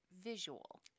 visual